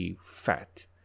fat